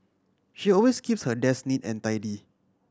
she always keeps her desk neat and tidy